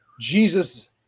Jesus